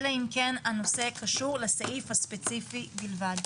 אלא אם כן הנושא קשור לסעיף הספציפי בלבד.